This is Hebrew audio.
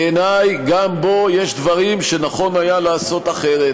בעיני, גם בו יש דברים שנכון היה לעשות אחרת.